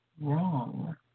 wrong